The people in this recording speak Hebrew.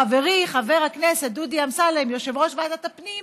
חברי חבר הכנסת דודי אמסלם, יושב-ראש ועדת הפנים,